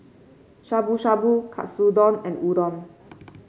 Shabu Shabu Katsudon and Udon